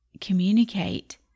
communicate